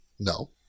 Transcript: No